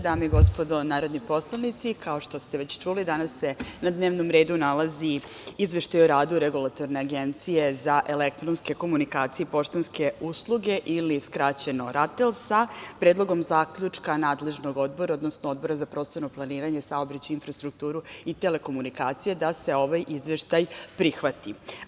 Dame i gospodo narodni poslanici, kao što ste već čuli danas se na dnevnom redu nalazi Izveštaj o radu Regulatorne agencije za elektronske komunikacije, poštanske usluge ili skraćeno RATEL, sa predlogom zaključka nadležnog odbora, odnosno Odbora za prostorno planiranje, saobraćaj, infrastrukturu i telekomunikacije, da se ovaj izveštaj prihvati.